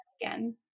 again